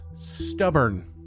stubborn